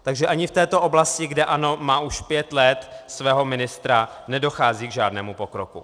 Takže ani v této oblasti, kde ANO má už pět let svého ministra, nedochází k žádnému pokroku.